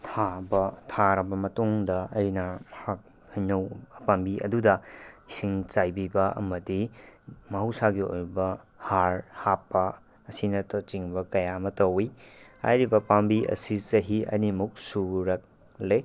ꯊꯥꯕ ꯊꯥꯔꯕ ꯃꯇꯨꯡꯗ ꯑꯩꯅ ꯍꯩꯅꯧ ꯄꯥꯝꯕꯤ ꯑꯗꯨꯗ ꯏꯁꯤꯡ ꯆꯥꯏꯕꯤꯕ ꯑꯃꯗꯤ ꯃꯍꯧꯁꯥꯒꯤ ꯑꯣꯏꯕ ꯍꯥꯔ ꯍꯥꯞꯄ ꯑꯁꯤꯅꯆꯤꯡꯕ ꯀꯌꯥ ꯑꯃ ꯇꯧꯏ ꯍꯥꯏꯔꯤꯕ ꯄꯥꯝꯕꯤ ꯑꯁꯤ ꯆꯍꯤ ꯑꯅꯤꯃꯨꯛ ꯁꯨꯔꯛꯂꯦ